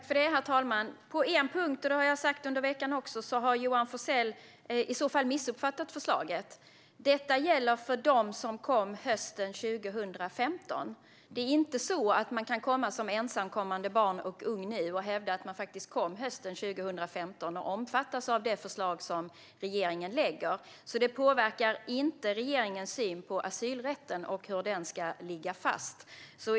Herr talman! På en punkt har Johan Forssell missuppfattat förslaget, och det har jag sagt tidigare under veckan. Detta gäller för dem som kom hösten 2015. Man kan inte komma som ensamkommande barn eller ung nu och hävda att man faktiskt kom hösten 2015 och därför omfattas av det förslag som regeringen lägger fram. Detta påverkar alltså inte regeringens syn på asylrätten och hur den ska ligga fast.